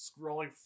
scrolling